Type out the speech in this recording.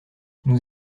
nous